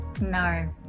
no